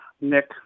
Nick